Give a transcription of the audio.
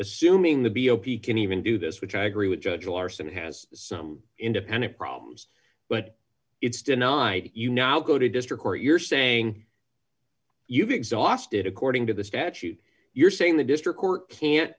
assuming the b o p can even do this which i agree with judge larson has some independent problems but it's denied you now go to a district where you're saying you've exhausted according to the statute you're saying the district court can't